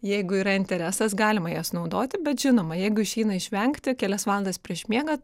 jeigu yra interesas galima jas naudoti bet žinoma jeigu išeina išvengti kelias valandas prieš miegą